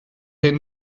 hun